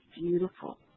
Beautiful